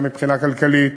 גם מבחינה כלכלית,